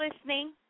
listening